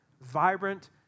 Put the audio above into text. vibrant